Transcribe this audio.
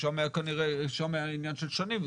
שם היה עניין של שנים.